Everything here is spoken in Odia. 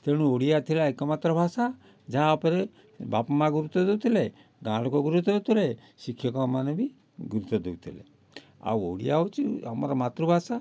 ତେଣୁ ଓଡ଼ିଆ ଥିଲା ଏକମାତ୍ର ଭାଷା ଯାହା ଉପରେ ବାପା ମା ଗୁରୁତ୍ୱ ଦେଉଥିଲେ ଗାଁ ଲୋକ ଗୁରୁତ୍ୱ ଦେଉଥିଲେ ଶିକ୍ଷକ ମାନେ ବି ଗୁରୁତ୍ୱ ଦେଉଥିଲେ ଆଉ ଓଡ଼ିଆ ହେଉଛି ଆମର ମାତୃଭାଷା